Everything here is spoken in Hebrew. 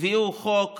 הביאו חוק